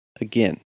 again